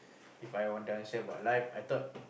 If I want to answer about life I thought